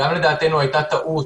גם לדעתנו, הייתה טעות